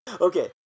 Okay